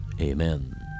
Amen